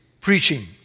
preaching